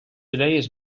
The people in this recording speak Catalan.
idees